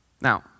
Now